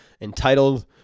entitled